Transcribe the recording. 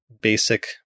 basic